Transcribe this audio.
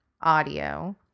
audio